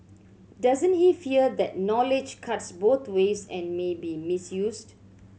doesn't he fear that knowledge cuts both ways and may be misused